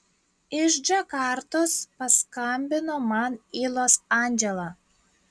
iš džakartos paskambino man į los andželą